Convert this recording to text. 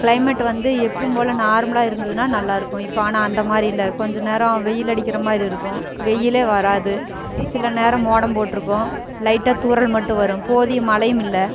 climate வந்து எப்போவும் போல் நார்மலாக இருந்ததுனா நல்லாயிருக்கும் இப்போ ஆனால் அந்தமாதிரி இல்லை கொஞ்சம் நேரம் வெயில் அடிக்கின்ற மாதிரி இருக்கும் வெயிலே வராது சில நேரம் மோடம் போட்டுருக்கும் லைட்டாக துாரல் மட்டும் வரும் போதிய மழையுமில்லை